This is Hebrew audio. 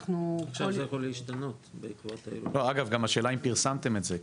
אנחנו --- אגב השאלה היא אם פרסמתם את זה?